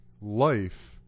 life